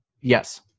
Yes